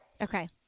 Okay